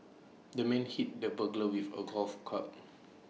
the man hit the burglar with A golf club